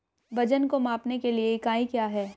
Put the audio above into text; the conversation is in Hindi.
वजन को मापने के लिए इकाई क्या है?